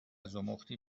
زخمتی